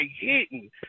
hitting